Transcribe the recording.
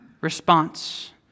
response